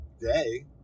day